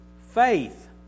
faith